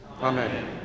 Amen